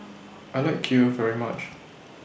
I like Kheer very much